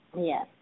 Yes